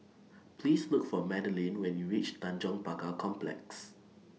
Please Look For Madaline when YOU REACH Tanjong Pagar Complex